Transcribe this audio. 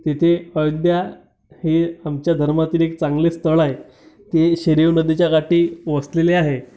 तिथे अयोध्या हे आमच्या धर्मातील एक चांगले स्थळ आहे ते शरयू नदीच्या काठी वसलेले आहे